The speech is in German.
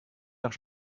nach